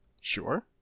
Sure